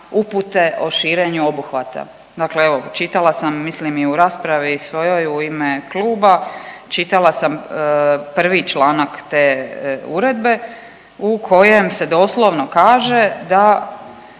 upute o širenju obuhvata. Dakle evo čitala sam mislim i u raspravi svojoj i u ime kluba, čitala sam prvi članak te uredbe u kojem se doslovno kaže da